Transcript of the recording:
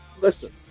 listen